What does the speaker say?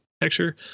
texture